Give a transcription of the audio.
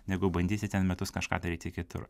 negu bandyti ten metus kažką daryti kitur